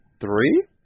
Three